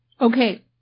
Okay